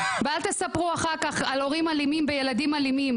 אל תספרו לנו על הורים אלימים וילדים אלימים